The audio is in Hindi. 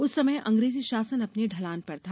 उस समय अंग्रेजी शासन अपनी ढलान पर था